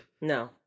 No